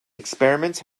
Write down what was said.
experiments